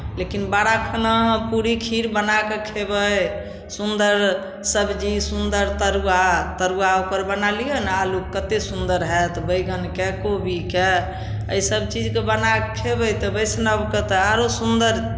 लेकिन बड़ा खाना पूरी खीर बना कऽ खेबै सुन्दर सबजी सुन्दर तरुआ तरुआ ओकर बना लिअ नहि आलूके कतेक सुन्दर हएत बैगनके कोबीके एहि सभ चीजकेँ बना कऽ खेबै तऽ वैष्णवके तऽ आरो सुन्दर